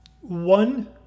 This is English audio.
one